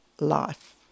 life